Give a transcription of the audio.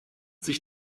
sich